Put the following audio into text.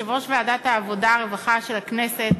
ליושב-ראש ועדת העבודה והרווחה של הכנסת,